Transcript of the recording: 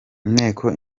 inteko